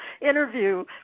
interview